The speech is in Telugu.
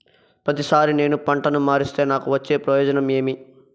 ప్రతిసారి నేను పంటను మారిస్తే నాకు వచ్చే ప్రయోజనం ఏమి?